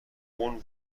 اون